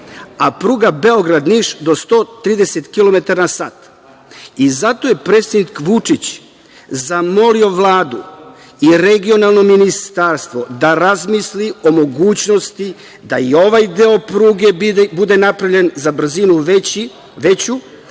planira se do 130 kilometara na sat. Zato je predsednik Vučić zamolio Vladu i regionalno ministarstvo da razmisliti o mogućnosti da i ovaj deo pruge bude napravljen za brzinu veću,